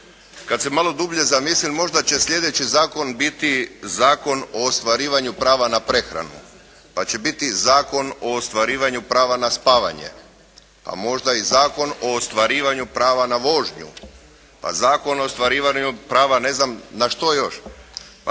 Kada se malo dublje zamislim, možda će sljedeći zakon biti zakon o ostvarivanju prava na prehranu pa će biti zakon o ostvarivanju prava na spavanje, pa možda i zakon o ostvarivanju prava na vožnju, pa zakon o ostvarivanju prava ne znam na što još.